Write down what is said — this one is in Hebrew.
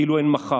כאילו אין מחר,